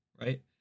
right